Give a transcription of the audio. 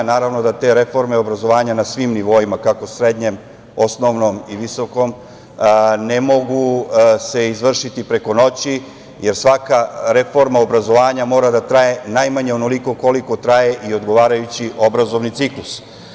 Naravno, da te reforme obrazovanja na svim nivoima kako srednjem, osnovnom i visokom ne mogu se izvršiti preko noći, jer svaka reforma obrazovanja mora da traje najmanje onoliko koliko traje i odgovarajući obrazovni ciklus.